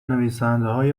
نویسندههای